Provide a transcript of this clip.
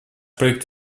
проект